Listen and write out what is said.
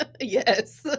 Yes